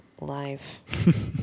life